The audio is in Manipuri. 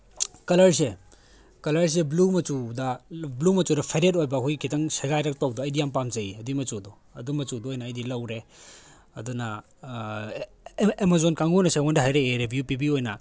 ꯀꯂꯔꯁꯦ ꯀꯂꯔꯁꯦ ꯕ꯭ꯂꯨ ꯃꯆꯨꯗ ꯕ꯭ꯂꯨ ꯃꯆꯨꯗ ꯐꯦꯗꯦꯠ ꯑꯣꯏꯕ ꯑꯩꯈꯣꯏ ꯈꯤꯇꯪ ꯁꯦꯒꯥꯏꯔꯞ ꯇꯧꯕꯗꯣ ꯑꯩꯗꯤ ꯌꯥꯝ ꯄꯥꯝꯖꯩꯌꯦ ꯑꯗꯨꯒꯤ ꯃꯆꯨꯗꯣ ꯑꯗꯨ ꯃꯆꯨꯗꯣ ꯑꯣꯏꯅ ꯑꯩꯗꯤ ꯂꯧꯔꯦ ꯑꯗꯨꯅ ꯑꯥꯃꯥꯖꯣꯟ ꯀꯥꯡꯕꯨꯅꯁꯨ ꯑꯩꯉꯣꯟꯗ ꯍꯥꯏꯔꯛꯑꯦ ꯔꯤꯚ꯭ꯌꯨ ꯄꯤꯕꯤꯌꯣ ꯍꯥꯏꯅ